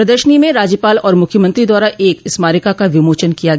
प्रदर्शनी में राज्यपाल और मुख्यमंत्री द्वारा एक स्मारिका का विमोचन किया गया